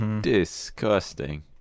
Disgusting